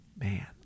man